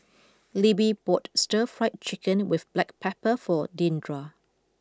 Libby bought Stir Fried Chicken with black pepper for Deandra